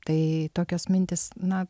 tai tokios mintys na